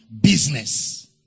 business